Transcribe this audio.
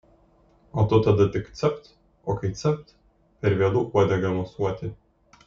o tu tada tik capt o kai capt per vėlu uodega mosuoti